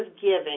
giving